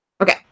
Okay